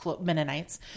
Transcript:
Mennonites